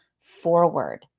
forward